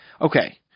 Okay